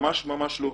ממש ממש לא.